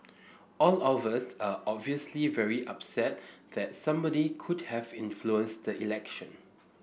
all of us are obviously very upset that somebody could have influenced the election